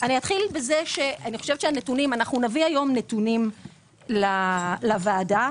אנחנו נביא היום נתונים לוועדה.